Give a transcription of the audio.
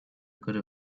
could